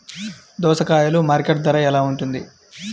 దోసకాయలు మార్కెట్ ధర ఎలా ఉంటుంది?